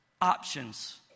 options